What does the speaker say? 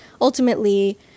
ultimately